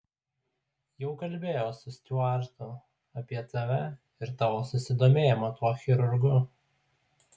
jau kalbėjau su stiuartu apie tave ir tavo susidomėjimą tuo chirurgu